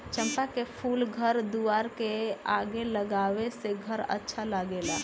चंपा के फूल घर दुआर के आगे लगावे से घर अच्छा लागेला